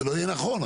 זה לא יהיה נכון.